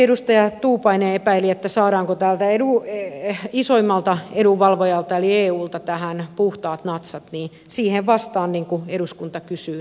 edustaja tuupainen epäili saadaanko isoimmalta edunvalvojalta eli eulta tähän puhtaat natsat ja siihen vastaan kun eduskunta kysyy